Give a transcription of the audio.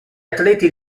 atleti